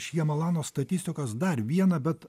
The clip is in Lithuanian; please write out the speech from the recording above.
šjamalano statistikos dar vieną bet